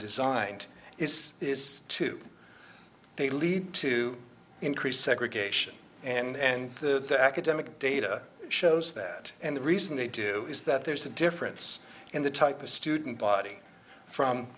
designed is too they lead to increased segregation and the academic data shows that and the reason they do is that there's a difference in the type the student body from